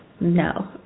no